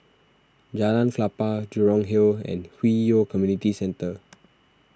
Jalan Klapa Jurong Hill and Hwi Yoh Community Centre